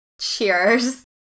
cheers